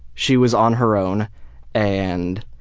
she was on her own and